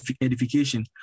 edification